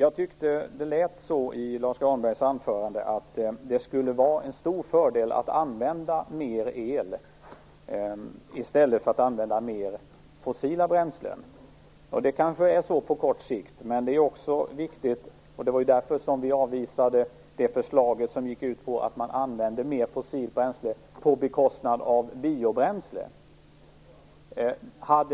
Jag tyckte att det i Lars U Granbergs anförande lät som om det skulle vara en stor fördel att använda mer el jämfört med att använda mer fossila bränslen. Det kanske är så på kort sikt. Men vi avvisade det förslag som gick ut på att använda mer fossilt bränsle på bekostnad av biobränsle. Om